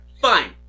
Fine